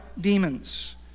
demons